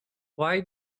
why